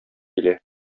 килә